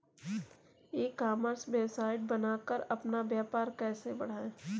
ई commerce website बनाकर अपना व्यापार कैसे बढ़ाएँ?